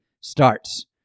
starts